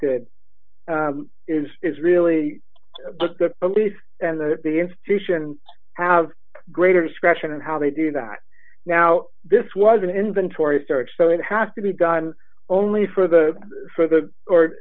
conducted is is really the police and the institution have greater discretion in how they do that now this was an inventory search so it has to be done only for the for the or